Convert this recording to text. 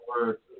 words